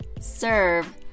serve